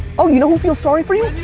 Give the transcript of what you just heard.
um you know who feels sorry for you?